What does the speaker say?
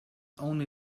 only